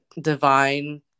divine